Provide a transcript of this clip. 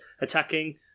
attacking